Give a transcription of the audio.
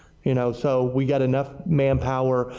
you know, so we get enough manpower,